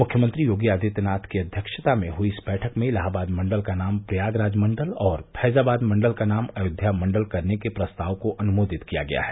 मुख्यमंत्री योगी आदित्यनाथ की अध्यक्षता में हई इस बैठक में इलाहाबाद मंडल का नाम प्रयागराज मंडल और फैजाबाद मंडल का नाम अयोध्या मंडल करने के प्रस्ताव को अनुमोदित किया गया है